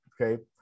okay